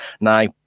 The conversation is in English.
now